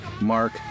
Mark